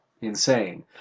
insane